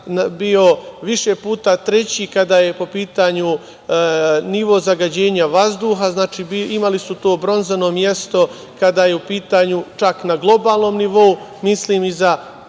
bio više puta treći kada je u pitanju nivo zagađenja vazduha. Znači, imali su to bronzano mesto kada je u pitanju, čak na globalnom nivou, mislim iza